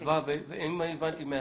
אם הבנתי מהסיפה,